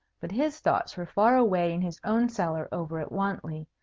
but his thoughts were far away in his own cellar over at wantley,